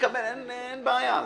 אין בעיה.